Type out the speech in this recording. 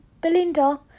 Belinda